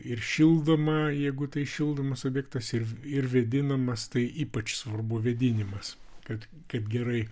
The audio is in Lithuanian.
ir šildoma jeigu tai šildomas objektas ir ir vėdinamas tai ypač svarbu vėdinimas kad kaip gerai